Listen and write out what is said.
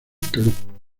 california